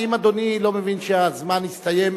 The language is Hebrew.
האם אדוני לא מבין שהזמן הסתיים?